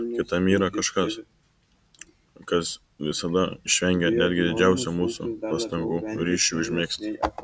kitame yra kažkas kas visada išvengia netgi didžiausių mūsų pastangų ryšiui užmegzti